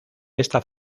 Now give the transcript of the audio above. esta